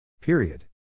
Period